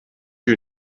you